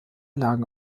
lagen